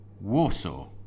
Warsaw